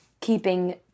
keeping